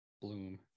bloom